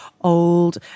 old